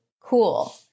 cool